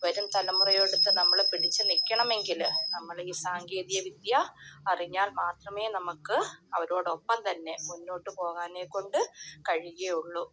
വരും തലമുറയോടൊത്ത് നമ്മൾ പിടിച്ച് നിൽക്കണമെങ്കിൽ നമ്മൾ ഈ സാങ്കേതിക വിദ്യ അറിഞ്ഞാൽ മാത്രമേ നമുക്ക് അവരോടൊപ്പം തന്നെ മുന്നോട്ട് പോകാനെക്കൊണ്ട് കഴിയുകയുള്ളൂ